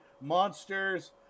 Monsters